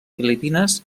filipines